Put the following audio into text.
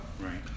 Right